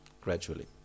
gradually